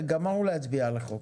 גמרנו להצביע על החוק.